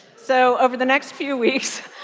so over the next few weeks,